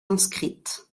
inscrites